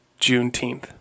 Juneteenth